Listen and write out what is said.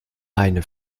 eine